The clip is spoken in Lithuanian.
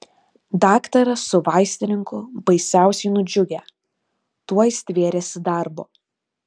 daktaras su vaistininku baisiausiai nudžiugę tuoj stvėrėsi darbo